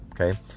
okay